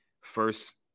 first